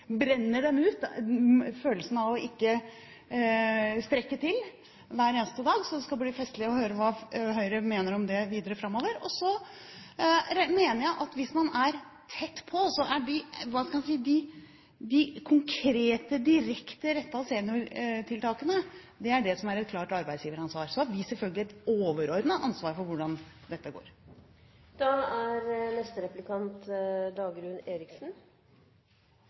brenner dem ut. Det skal bli festlig å høre hva Høyre mener om det videre framover. Så mener jeg at hvis man er tett på, er det de konkrete, direkte rettede seniortiltakene som er et klart arbeidsgiveransvar. Så har vi selvfølgelig et overordnet ansvar for hvordan dette går. Det er